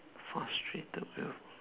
frustrated